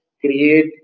create